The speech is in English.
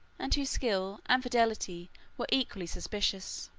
and whose skill and fidelity were equally suspicious.